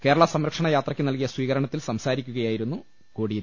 കേരള സംരക്ഷണയാത്രക്കു നൽകിയ സ്വീകരണത്തിൽ സംസാരിക്കുകയായിരുന്നു കോടിയേരി